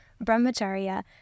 Brahmacharya